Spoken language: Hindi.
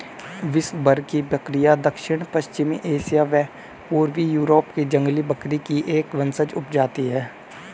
विश्वभर की बकरियाँ दक्षिण पश्चिमी एशिया व पूर्वी यूरोप की जंगली बकरी की एक वंशज उपजाति है